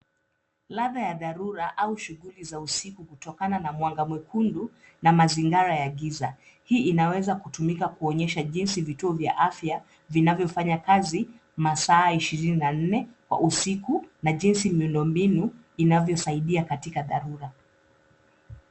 Ladha ya dharura au shughuli za usiku kutokana na mwanga mwekundu na mazingara ya giza. Hii inaweza kutumika kuonyesha jinsi vituo vya afya vinavyofanya kazi masaa ishirini na nne usiku na jinsi miundo mbinu inavyosaidia katika dharura.